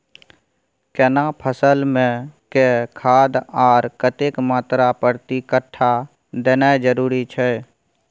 केना फसल मे के खाद आर कतेक मात्रा प्रति कट्ठा देनाय जरूरी छै?